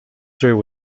through